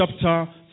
chapter